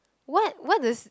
what what does